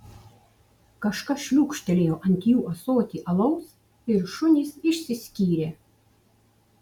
kažkas šliūkštelėjo ant jų ąsotį alaus ir šunys išsiskyrė